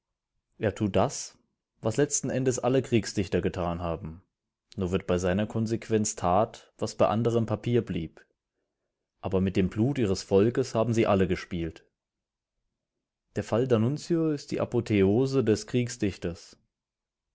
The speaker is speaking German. er tut das was letzten endes alle kriegsdichter getan haben nur wird bei seiner konsequenz tat was bei andern papier blieb aber mit dem blute ihres volkes haben sie alle gespielt der fall d'annunzio ist die apotheose des